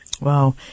Wow